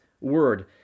word